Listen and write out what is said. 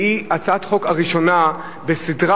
שהיא הצעת החוק הראשונה בסדרה,